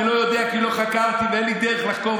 אני לא יודע כי לא חקרתי ואין לי דרך לחקור,